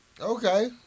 Okay